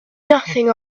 nothing